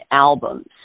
albums